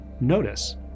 notice